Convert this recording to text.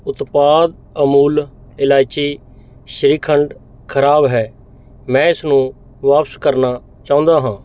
ਉਤਪਾਦ ਅਮੂਲ ਇਲਾਇਚੀ ਸ਼੍ਰੀਖੰਡ ਖਰਾਬ ਹੈ ਮੈਂ ਇਸਨੂੰ ਵਾਪਸ ਕਰਨਾ ਚਾਹੁੰਦਾ ਹਾਂ